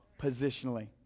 Positionally